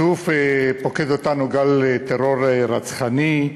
שוב פוקד אותנו גל טרור רצחני,